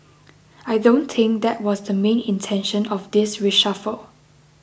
I don't think that was the main intention of this reshuffle